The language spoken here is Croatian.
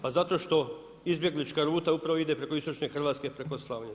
Pa zato što izbjeglička ruta upravo ide preko istočne Hrvatske, preko Slavonije.